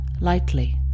lightly